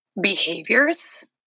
behaviors